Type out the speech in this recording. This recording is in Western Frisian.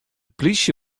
plysje